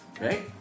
right